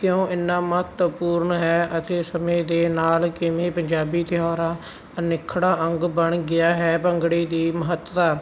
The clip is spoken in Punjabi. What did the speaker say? ਕਿਉਂ ਇੰਨਾ ਮਹੱਤਵਪੂਰਨ ਹੈ ਅਤੇ ਸਮੇਂ ਦੇ ਨਾਲ ਕਿਵੇਂ ਪੰਜਾਬੀ ਤਿਉਹਾਰਾਂ ਅਨਿੱਖੜਵਾਂ ਅੰਗ ਬਣ ਗਿਆ ਹੈ ਭੰਗੜੇ ਦੀ ਮਹੱਤਤਾ